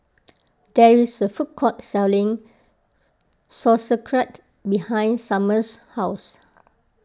there is a food court selling Sauerkraut behind Summer's house